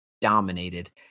dominated